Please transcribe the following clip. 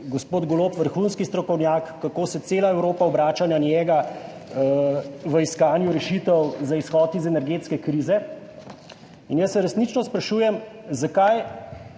gospod Golob vrhunski strokovnjak, kako se cela Evropa obrača na njega v iskanju rešitev za izhod iz energetske krize. Jaz se resnično sprašujem, zakaj